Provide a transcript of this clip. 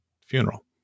funeral